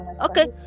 Okay